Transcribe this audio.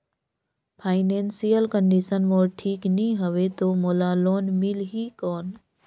Financial condition मोर ठीक नी हवे तो मोला लोन मिल ही कौन??